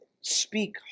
speak